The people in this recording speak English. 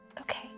Okay